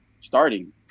starting